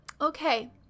Okay